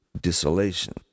desolation